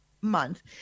month